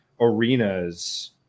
arenas